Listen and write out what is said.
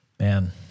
Man